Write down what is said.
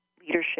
leadership